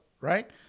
right